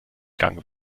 gang